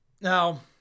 Now